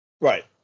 Right